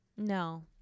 No